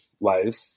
life